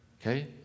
Okay